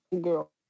Girl